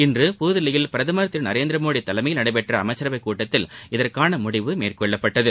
இன்று புதுதில்லியில் பிரதமர் திரு நரேந்திர மோடி தலைமயில் நடைபெற்ற அமைச்சரவை கூட்டத்தில் இதற்கான முடிவு மேற்கொள்ளப்பட்டது